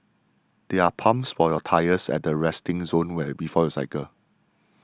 there are pumps for your tyres at the resting zone before you cycle